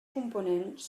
components